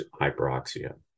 hyperoxia